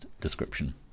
description